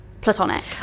platonic